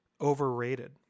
overrated